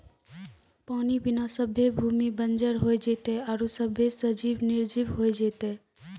पानी बिना सभ्भे भूमि बंजर होय जेतै आरु सभ्भे सजिब निरजिब होय जेतै